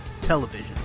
television